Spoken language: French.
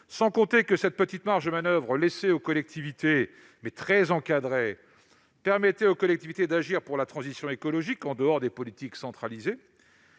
en outre, que cette petite marge de manoeuvre laissée aux collectivités, même très encadrée, leur permettait d'agir pour la transition écologique en dehors des politiques centralisées.